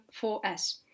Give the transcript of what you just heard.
4S